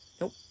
nope